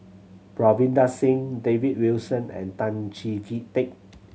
Ravinder Singh David Wilson and Tan Chee Teck